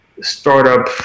startup